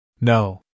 No